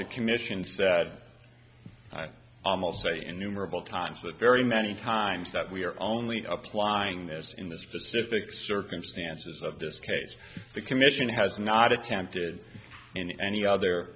the commission said almost say in numerable times with very many times that we are only applying this in the specific circumstances of this case the commission has not attempted in any other